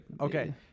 okay